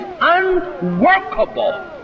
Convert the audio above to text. unworkable